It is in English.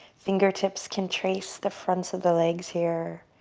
fingertips can trace the fronts of the legs here.